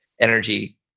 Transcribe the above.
energy